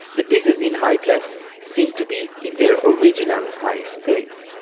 the pieces in high-clefs seem to be in their original high state.